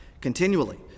continually